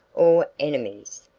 or enemies.